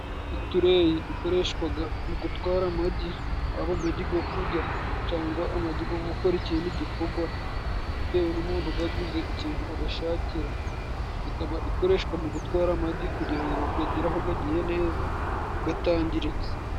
Utureyi ikoreshwaga mu gutwara amagi, haba amagi go kurya cangwa amagi go gukora ikindi gikorwa bitewe n'umuntu wagaguze. ikintu agashakira ikaba. Ikoreshwa mu gutwara amagi kugira ngo gagere aho gagiye neza gatangiritse.